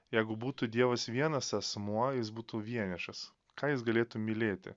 jeigu būtų dievas vienas asmuo jis būtų vienišas ką jis galėtų mylėti